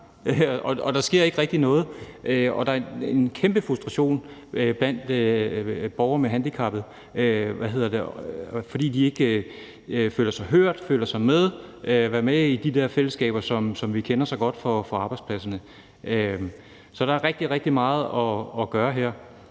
men der sker ikke rigtig noget, og der er en kæmpe frustration blandt borgere med handicap, fordi de ikke føler sig hørt, ikke føler, de er med i de der fællesskaber, som vi kender så godt fra arbejdspladserne. Så der er rigtig, rigtig meget at gøre her.